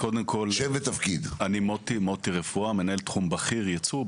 אני מנהל תחום בכיר ייצור.